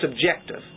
subjective